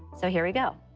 so here we go.